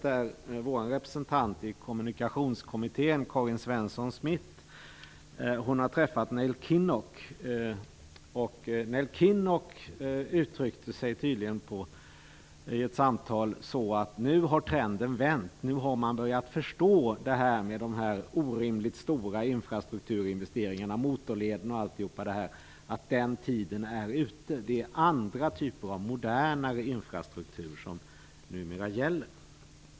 Där står att vår representant i Kommunikationskommittén, Karin Svensson-Smith, har träffat Neil Kinnock. Neil Kinnock gav tydligen i ett samtal uttryck för att trenden nu har vänt. Nu har man börjat förstå att tiden är ute för de orimligt stora infrastrukturinvesteringarna, motorlederna och allt annat. Det är andra typer av och modernare infrastruktur som numera gäller.